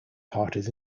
parties